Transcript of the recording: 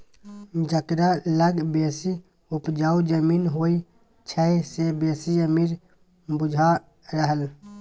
जकरा लग बेसी उपजाउ जमीन होइ छै से बेसी अमीर बुझा रहल